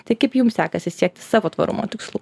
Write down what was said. tai kaip jums sekasi siekti savo tvarumo tikslų